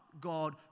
God